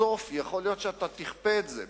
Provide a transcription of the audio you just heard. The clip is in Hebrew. בסוף יכול להיות שאתה תכפה את זה,